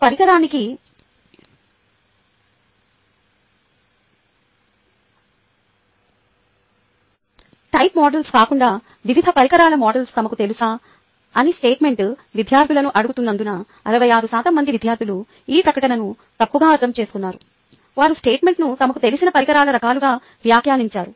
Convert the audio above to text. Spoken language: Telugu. ఒకే పరికరానికి టైప్ మోడల్స్ కాకుండా వివిధ పరికరాల మోడల్స్ తమకు తెలుసా అని స్టేట్మెంట్ విద్యార్థులను అడుగుతున్నందున 66 శాతం మంది విద్యార్థులు ఈ ప్రకటనను తప్పుగా అర్థం చేసుకున్నారు వారు స్టేట్మెంట్ను తమకు తెలిసిన పరికరాల రకాలుగా వ్యాఖ్యానించారు